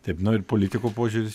taip na ir politikų požiūris